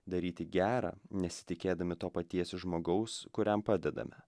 daryti gerą nesitikėdami to paties žmogaus kuriam padedame